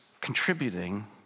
contributing